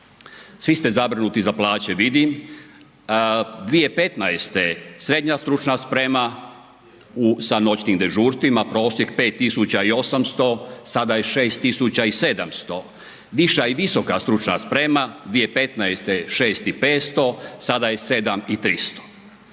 svi ste zabrinuti za plaće vidim, 2015. srednja stručna sprema sa noćnim dežurstvima prosjek 5.800, sada je 6.700, viša i visoka stručna sprema 2015. 6.500, sada je 7.300.